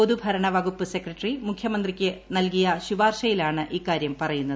പൊതുഭരണവകുപ്പ് secretary മുഖ്യമന്ത്രിക്ക് നൽകിയ ശുപാർശയിലാണ് ഇക്കാര്യം പറയുന്നത്